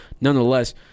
nonetheless